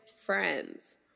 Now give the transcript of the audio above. Friends